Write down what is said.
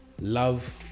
love